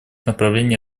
направлений